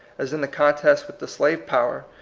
as in the contest with the slave-power,